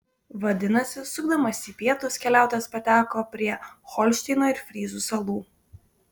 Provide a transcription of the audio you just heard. vadinasi sukdamas į pietus keliautojas pateko prie holšteino ir fryzų salų